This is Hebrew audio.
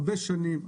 הרבה שנים,